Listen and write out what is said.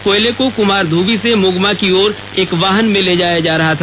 कोयले को कुमारधुबी से मुगमा की ओर एक वाहन में ले जाया जा रहा था